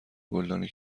گلدانی